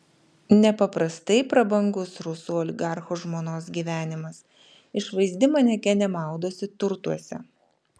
nepaprastai prabangus rusų oligarcho žmonos gyvenimas išvaizdi manekenė maudosi turtuose